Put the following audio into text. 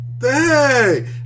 Hey